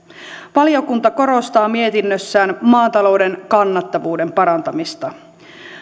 valiokunta korostaa mietinnössään maatalouden kannattavuuden parantamista